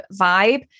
vibe